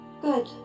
Good